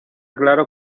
claro